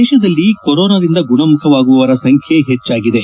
ದೇಶದಲ್ಲಿ ಕೊರೊನಾದಿಂದ ಗುಣಮುಖವಾಗುವವರ ಸಂಖ್ಯೆ ಹೆಚ್ಚಾಗಿದೆ